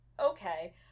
okay